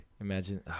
Imagine